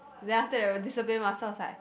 then after that the discipline master was like